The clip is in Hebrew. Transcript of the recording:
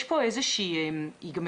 יש פה איזה שהיא הגדרה,